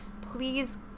Please